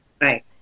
Right